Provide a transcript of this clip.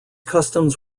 customs